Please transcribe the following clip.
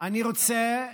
אני רוצה,